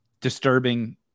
disturbing